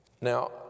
Now